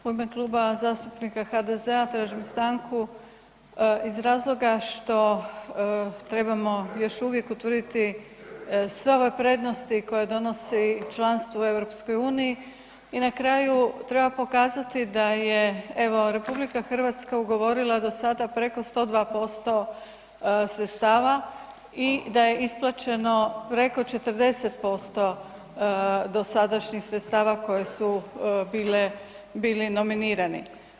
U ime Kluba zastupnika HDZ-a tražim stanku iz razloga što trebamo još uvijek utvrditi sve ove prednosti koje donosi članstvo u EU i na kraju, treba pokazati da je, evo, HR ugovorila do sada preko 102% sredstava i da je isplaćeno preko 40% dosadašnjih sredstava koji su bile, bili nominirani.